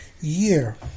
year